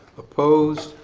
opposed.